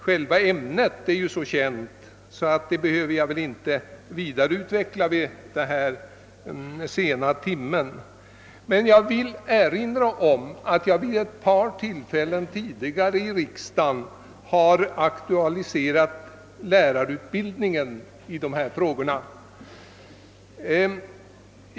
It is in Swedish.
Själva ämnet är så känt att jag väl inte behöver vidare utveckla det vid denna sena timme. Men jag vill erinra om att jag vid ett par tillfällen tidigare i riksdagen har aktualiserat lärarutbildningen på detta område.